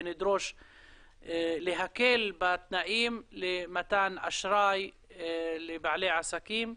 ונדרוש להקל בתנאים למתן אשראי לבעלי עסקים,